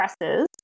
presses